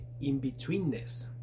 in-betweenness